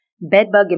bedbug